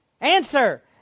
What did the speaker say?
Answer